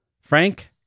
Frank